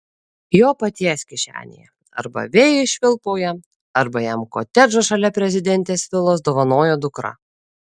jo paties kišenėje arba vėjai švilpauja arba jam kotedžą šalia prezidentės vilos dovanojo dukra